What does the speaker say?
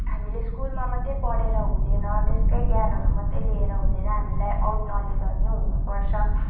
हामीले स्कुलमा मात्रै पढेर हुँदैन त्यसकै ज्ञानहरू मात्रै लिएर हुँदैन हामीलाई आउट नलेजहरू पनि हुनुपर्छ